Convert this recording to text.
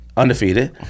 Undefeated